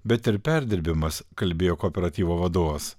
bet ir perdirbimas kalbėjo kooperatyvo vadovas